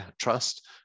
trust